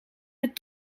het